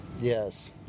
Yes